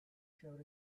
showed